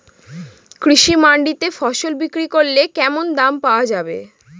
কৃষি মান্ডিতে ফসল বিক্রি করলে কেমন দাম পাওয়া যাবে?